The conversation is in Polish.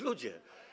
Ludzie!